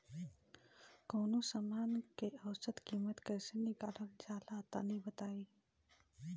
कवनो समान के औसत कीमत कैसे निकालल जा ला तनी बताई?